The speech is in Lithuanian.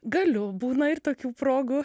galiu būna ir tokių progų